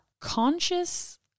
conscious